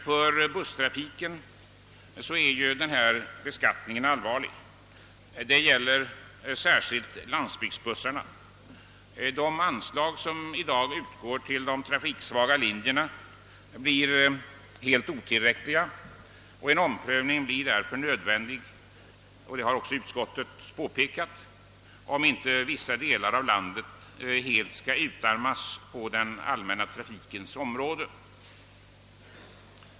För busstrafiken — särskilt på landsbygden — får denna beskattning allvarliga följder. De anslag som i dag utgår till de trafiksvaga linjerna blir helt otillräckliga. En omprövning blir därför nödvändig — det har utskottet också påpekat — om inte vissa delar av landet fullständigt skall utarmas på den allmänna trafikens område.